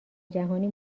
جهانی